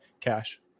cash